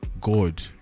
God